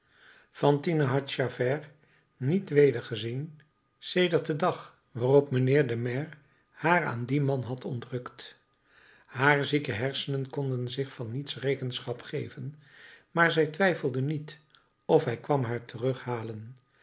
fantine had javert niet wedergezien sedert den dag waarop mijnheer de maire haar aan dien man had ontrukt haar zieke hersenen konden zich van niets rekenschap geven maar zij twijfelde niet of hij kwam haar terughalen